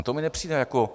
To mi nepřijde jako...